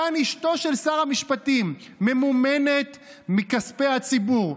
כאן אשתו של שר המשפטים ממומנת מכספי הציבור,